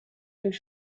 and